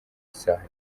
isaha